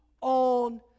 on